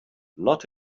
not